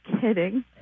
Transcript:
kidding